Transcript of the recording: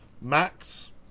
Max